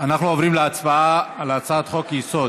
אנחנו עוברים להצבעה על הצעת חוק-יסוד: